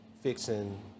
Fixing